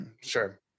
Sure